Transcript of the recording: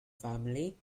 family